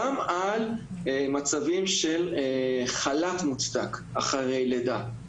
גם על מצבים של חל"ת מוצדק אחרי לידה.